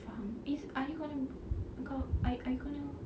faham is are you gonna kau are are you gonna